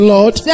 Lord